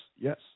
yes